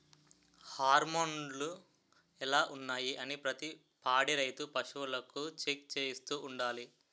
హార్మోన్లు ఎలా ఉన్నాయి అనీ ప్రతి పాడి రైతు పశువులకు చెక్ చేయిస్తూ ఉండాలి